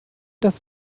das